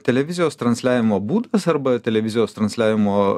televizijos transliavimo būdas arba televizijos transliavimo